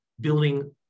building